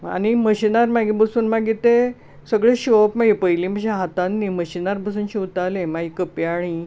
आनी मशिनार मागीर बसून मागीर तें सगळें शिंवप मागीर पयली बशेन हातान न्ही मशिनार बसून शिवतालें मागीर कपयाळीं